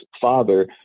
father